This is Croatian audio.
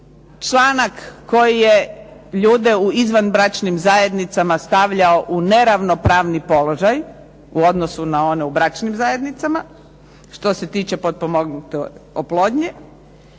članak koji je ljude u izvanbračnim zajednicama stavljao u neravnopravni položaj u odnosu na one u bračnim zajednicama što se tiče potpomognute oplodnje